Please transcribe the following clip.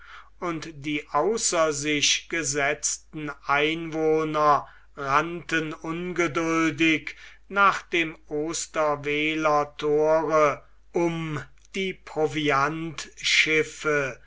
und die außer sich gesetzten einwohner rannten ungeduldig nach dem osterweeler thore um die